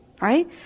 right